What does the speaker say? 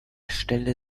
stelle